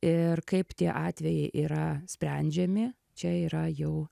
ir kaip tie atvejai yra sprendžiami čia yra jau